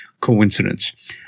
coincidence